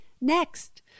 Next